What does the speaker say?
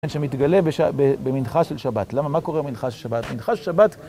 ...שמתגלה במנחה של שבת. למה? מה קורה במנחה של שבת? במנחה של שבת